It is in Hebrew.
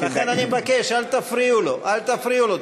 לכן אני מבקש, אל תפריעו לו.